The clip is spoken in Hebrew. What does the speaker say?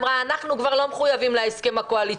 היא אמרה: אנחנו כבר לא מחויבים להסכם הקואליציוני.